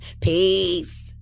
Peace